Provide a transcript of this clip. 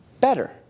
better